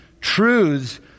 truths